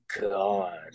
God